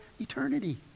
eternity